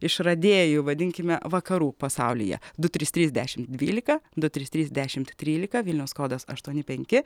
išradėju vadinkime vakarų pasaulyje du trys trys dešimt dvylika du trys trys dešimt trylika vilniaus kodas aštuoni penki